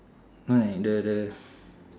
right the the